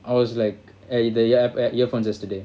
I was like eh the yap~ at earphones yesterday